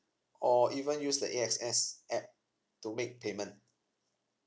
or even use the A X S app to make payment